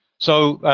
so,